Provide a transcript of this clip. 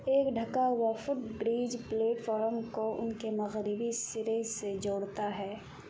ایک ڈھکا ہوا فٹ بریج پلیٹفارم کو ان کے مغربی سرے سے جوڑتا ہے